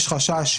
יש חשש,